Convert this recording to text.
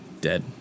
dead